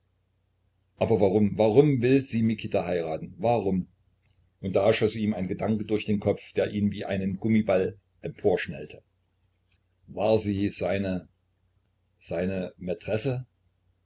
aber warum warum will sie mikita heiraten warum und da schoß ihm ein gedanke durch den kopf der ihn wie einen gummiball emporschnellte war sie seine seine maitresse